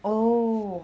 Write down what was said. oh